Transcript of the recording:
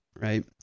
right